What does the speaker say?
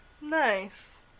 Nice